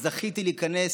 זכיתי להיכנס